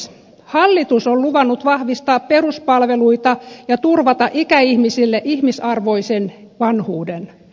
hallitus on luvannut vahvistaa peruspalveluita ja turvata ikäihmisille ihmisarvoisen vanhuuden